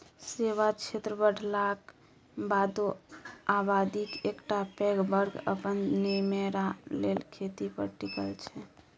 सेबा क्षेत्र बढ़लाक बादो आबादीक एकटा पैघ बर्ग अपन निमेरा लेल खेती पर टिकल छै